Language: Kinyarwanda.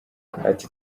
ati